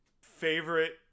favorite